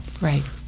Right